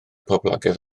poblogaidd